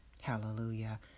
Hallelujah